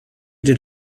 did